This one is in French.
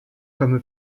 comme